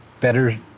better